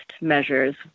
measures